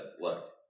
Look